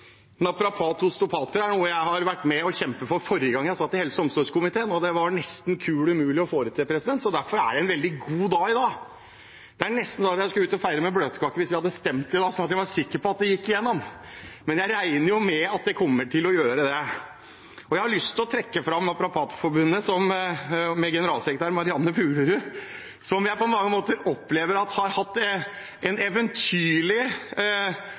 forrige gang jeg satt i helse- og omsorgskomiteen, og det var nesten kul umulig å få det til. Derfor er det en veldig god dag i dag. Det er nesten sånn at jeg skulle vært ute og feiret med bløtkake hvis vi hadde stemt i dag, så jeg hadde vært sikker på at det gikk igjennom, men jeg regner jo med at det kommer til å gjøre det. Jeg har lyst til å trekke fram Naprapatforbundet med generalsekretær Mariann Fuglerud, som jeg på mange måter opplever har hatt en eventyrlig,